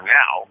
now